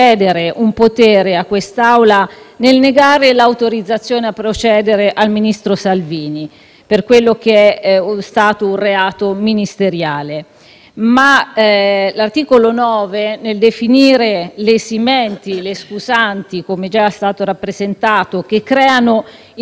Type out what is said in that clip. per quello che è stato un reato ministeriale. Ma l'articolo 9, nel definire le esimenti, le scusanti, come è già stato rappresentato, che creano indubbiamente quegli spazi di discrezionalità politica che altri colleghi hanno richiamato,